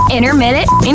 Intermittent